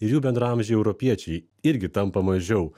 ir jų bendraamžiai europiečiai irgi tampa mažiau